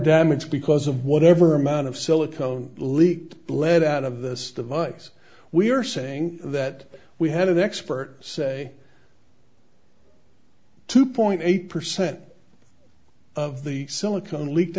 damage because of whatever amount of silicone leaked bled out of this device we are saying that we had an expert say two eight percent of the silicone leaked